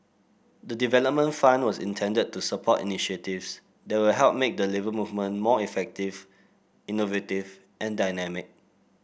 the development fund was intended to support initiatives that will help make the Labour Movement more effective innovative and dynamic